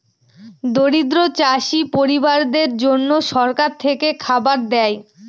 দরিদ্র চাষী পরিবারদের জন্যে সরকার থেকে খাবার দেয়